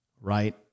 right